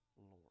Lord